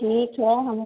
ठीक है हमें